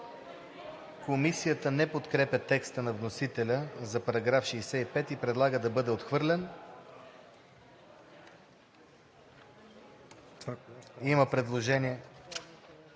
Комисията не подкрепя текста на вносителя за § 65 и предлага да бъде отхвърлен. Има предложение